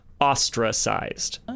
Ostracized